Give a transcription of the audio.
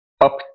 up